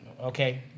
okay